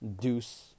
Deuce